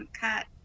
cut